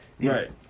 Right